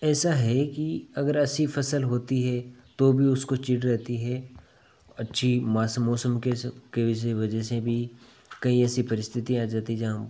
ऐसा है कि अगर असली फसल होती है तो भी उसको चिढ़ रहती है अच्छी मास मौसम के से के इसी वजह से भी कई ऐसी परिस्थितियाँ आ जाती जहाँ हम